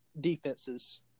defenses